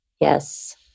Yes